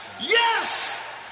Yes